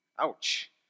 Ouch